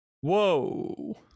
Whoa